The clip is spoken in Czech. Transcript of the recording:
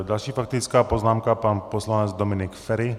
Další faktická poznámka, pan poslanec Dominik Feri.